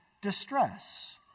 distress